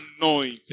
anointed